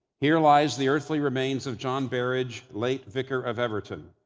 here lies the earthly remains of john berridge, late vicar of everton.